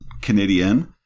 Canadian